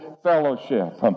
Fellowship